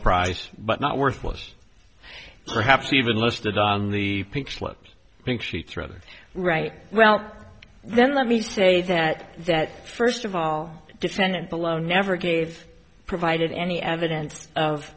price but not worthless perhaps even listed on the pink slips pink sheets rather right well then let me say that that first of all defendant below never gave provided any evidence of